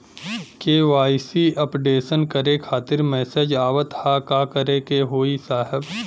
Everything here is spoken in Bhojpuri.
के.वाइ.सी अपडेशन करें खातिर मैसेज आवत ह का करे के होई साहब?